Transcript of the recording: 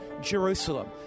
Jerusalem